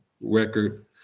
record